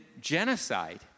genocide